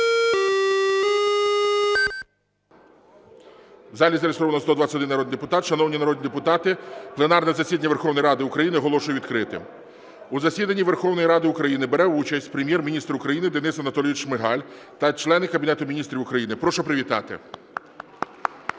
залі зареєстровано 121 народний депутат. Шановні народні депутати, пленарне засідання Верховної Ради України оголошую відкритим. У засіданні Верховної Ради України бере участь Прем'єр-міністр України Денис Анатолійович Шмигаль та члени Кабінету Міністрів України. Прошу привітати.